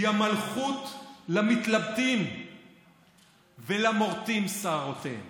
היא המלכות למתלבטים ולמורטים שערותיהם".